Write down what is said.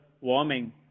warming